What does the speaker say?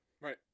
right